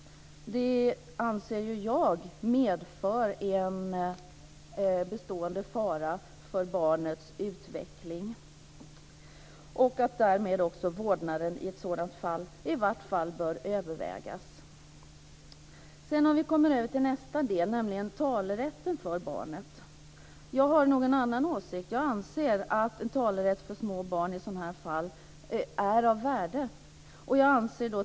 Jag anser att det medför en bestående fara för barnets utveckling och därmed bör vårdnaden då i varje fall övervägas. För det andra gäller det talerätten för barnet. Jag har nog en annan åsikt där. Jag anser att talerätt för små barn i sådana här fall är av värde.